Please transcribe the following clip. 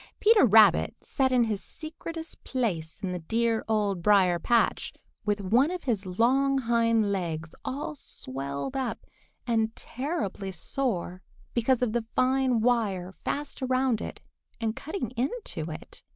peter rabbit sat in his secretest place in the dear old briar-patch with one of his long hind legs all swelled up and terribly sore because of the fine wire fast around it and cutting into it.